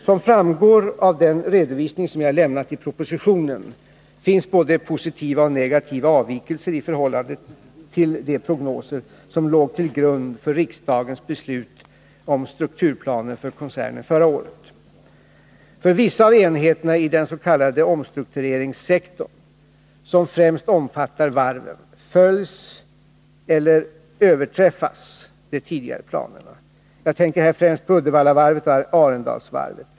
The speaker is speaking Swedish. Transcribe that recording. Som framgår av den redovisning som jag lämnat i propositionen, finns både positiva och negativa avvikelser i förhållande till de prognoser som låg till grund för riksdagens beslut om strukturplanen för koncernen förra året. För vissa av enheterna i den s.k. omstruktureringssektorn — som främst omfattar varven — följs eller överträffas de tidigare planerna. Jag tänker här främst på Uddevallavarvet och Arendalsvarvet.